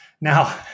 Now